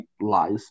lies